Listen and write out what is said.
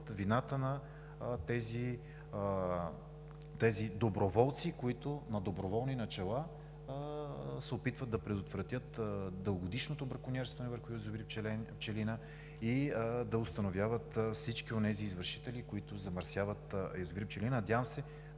вината на тези доброволци, които на доброволни начала се опитват да прекратят дългогодишното бракониерство в язовир „Пчелина“ и да установяват всички онези извършители, които замърсяват язовир „Пчелина“.